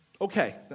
Okay